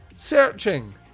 searching